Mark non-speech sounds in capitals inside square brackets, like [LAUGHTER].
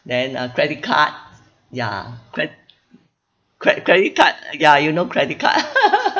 then uh credit card yeah cre~ cre~ credit card ya you know credit card [LAUGHS]